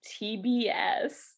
tbs